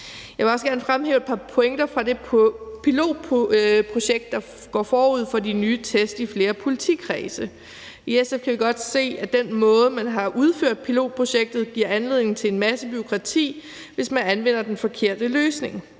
Jeg vil også gerne fremhæve et par pointer fra det pilotprojekt, der går forud for de nye test i flere politikredse. I SF kan vi godt se, at den måde, man har udført pilotprojektet på, giver anledning til en masse bureaukrati, hvis man anvender den forkerte løsning.